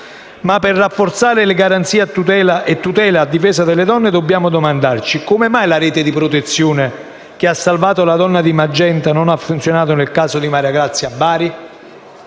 Ma per rafforzare le garanzie e tutele a difesa delle donne, dobbiamo domandarci: come mai la rete di protezione che ha salvato la donna di Magenta non ha invece funzionato nel caso di Mariagrazia a Bari?